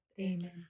Amen